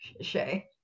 Shay